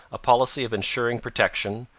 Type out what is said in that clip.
a policy of ensuring protection,